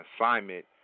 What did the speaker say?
assignment